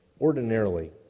ordinarily